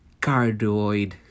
cardioid